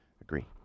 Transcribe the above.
agree